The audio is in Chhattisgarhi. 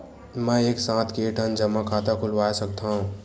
मैं एक साथ के ठन जमा खाता खुलवाय सकथव?